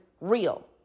real